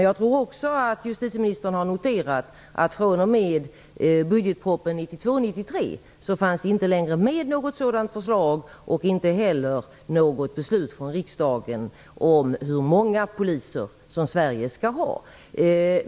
Jag tror också att justitieministern har noterat att från och med budgetpropositionen 1992/93 fanns det inte längre med något sådant förslag och inte heller något beslut från riksdagen om hur många poliser som man skulle ha i Sverige.